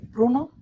Bruno